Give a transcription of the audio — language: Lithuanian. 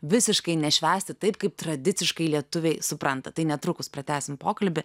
visiškai nešvęsti taip kaip tradiciškai lietuviai supranta tai netrukus pratęsim pokalbį